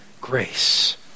grace